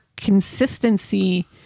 consistency